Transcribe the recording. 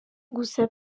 gusa